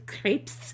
crepes